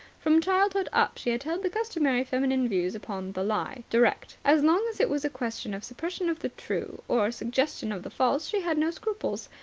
from childhood up she had held the customary feminine views upon the lie direct. as long as it was a question of suppression of the true or suggestion of the false she had no scruples.